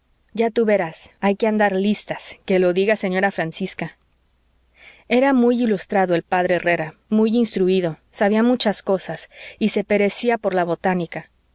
ya tú verás hay que andar listas que lo diga señora francisca era muy ilustrado el p herrera muy instruído sabía de muchas cosas y se perecía por la botánica